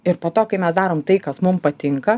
ir po to kai mes darom tai kas mum patinka